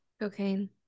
Cocaine